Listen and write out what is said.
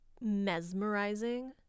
mesmerizing